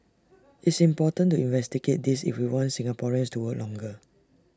it's important to investigate this if we want Singaporeans to work longer